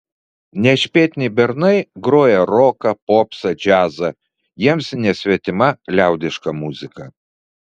nešpėtni bernai groja roką popsą džiazą jiems nesvetima liaudiška muzika